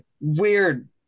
weird